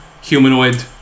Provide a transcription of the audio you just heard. Humanoid